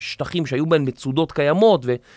שטחים שהיו בהם מצודות קיימות ו...